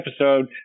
episode